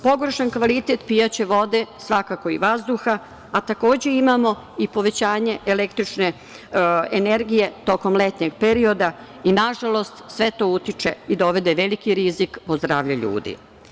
Pogoršan kvalitet pijaće vode svakako i vazduha, a takođe imamo i povećanje električne energije tokom letnjeg perioda i nažalost sve to utiče i dovodi veliki rizik po zdravlje ljudi.